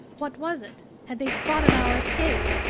what was it? had they spotted our escape?